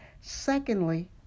Secondly